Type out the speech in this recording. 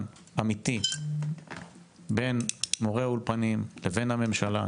אמיתי בין מורי האולפנים לבין הממשלה,